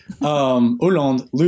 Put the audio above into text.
Hollande